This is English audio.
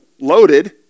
loaded